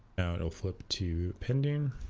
now it'll flip to pending